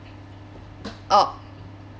orh